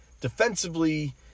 defensively